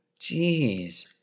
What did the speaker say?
Jeez